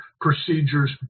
procedures